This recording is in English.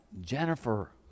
Jennifer